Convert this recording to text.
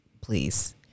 please